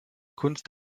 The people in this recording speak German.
kunst